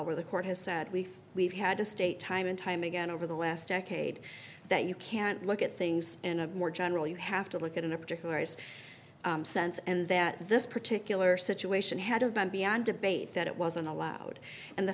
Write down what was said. where the court has said we we've had a state time and time again over the last decade that you can't look at things in a more general you have to look at in a particulars sense and that this particular situation had been beyond debate that it wasn't allowed and the